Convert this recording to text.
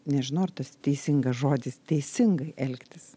nežinau ar tas teisingas žodis teisingai elgtis